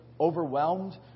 overwhelmed